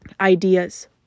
ideas